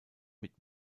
mit